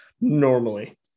normally